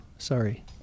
Sorry